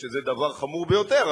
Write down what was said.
שזה דבר חמור ביותר,